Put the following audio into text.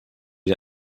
den